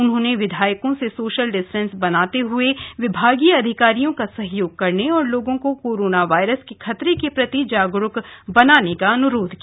उन्होंने विधायकों से सोशल डिस्टेंस बनाते हुए विभागीय अधिकारियों का सहयोग करने और लोगों को कोरोना वायरस के खतरे के प्रति जागरूक बनाने का अनुरोध किया